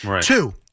Two